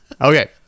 Okay